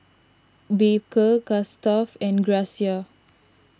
Baker Gustav and Gracia